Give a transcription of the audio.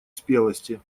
спелости